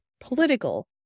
political